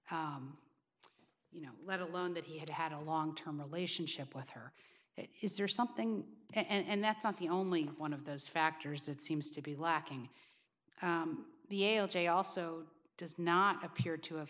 physician you know let alone that he had had a long term relationship with her is there something and that's not the only one of those factors that seems to be lacking the ael j also does not appear to have